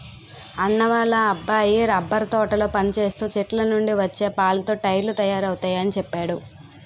అన్నా వాళ్ళ అబ్బాయి రబ్బరు తోటలో పనిచేస్తూ చెట్లనుండి వచ్చే పాలతో టైర్లు తయారవుతయాని చెప్పేడు